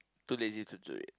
too lazy to do it